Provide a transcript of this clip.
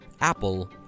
Apple